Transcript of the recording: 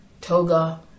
Toga